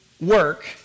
work